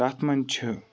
تَتھ مَنٛز چھِ